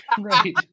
Right